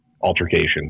altercation